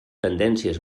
tendències